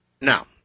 Now